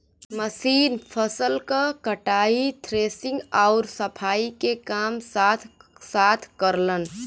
machine फसल क कटाई, थ्रेशिंग आउर सफाई के काम साथ साथ करलन